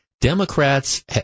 Democrats